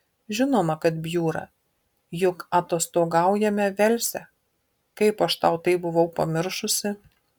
žinoma kad bjūra juk atostogaujame velse kaip aš tai buvau pamiršusi